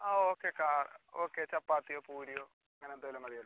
ആ okay okay ചപ്പാത്തിയോ പൂരിയോ അങ്ങനെ എന്തെങ്കിലും മതിയല്ലോ